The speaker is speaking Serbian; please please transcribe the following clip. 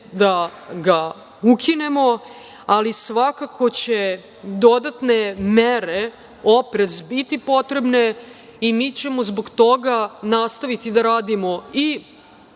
da ga ukinemo, ali svakako će dodatne mere, oprez biti potreban i mi ćemo zbog toga nastaviti da radimo i